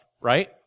right